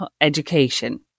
education